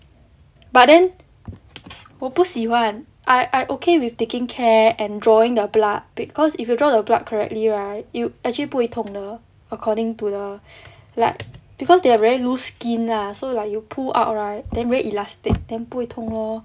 but then 我不喜欢 I I okay with taking care and drawing the blood because if you draw your blood correctly right you actually 不会痛的 according to the lab because they have very loose skin lah so like you pull out right then very elastic then 不会痛 lor